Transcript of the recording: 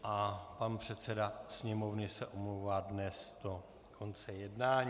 A pan předseda Sněmovny se omlouvá dnes do konce jednání.